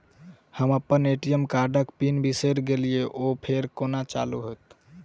हम अप्पन ए.टी.एम कार्डक पिन बिसैर गेलियै ओ फेर कोना चालु होइत?